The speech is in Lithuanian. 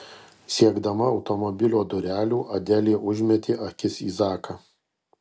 siekdama automobilio durelių adelė užmetė akį į zaką